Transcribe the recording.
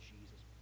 Jesus